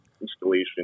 installation